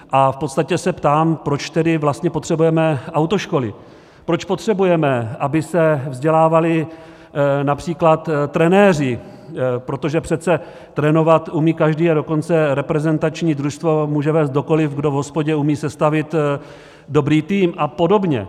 A v podstatě se ptám, proč tedy vlastně potřebujeme autoškoly, proč potřebujeme, aby se vzdělávali například trenéři, protože přece trénovat umí každý, a dokonce reprezentační družstvo může vést kdokoliv, kdo v hospodě umí sestavit dobrý tým, a podobně.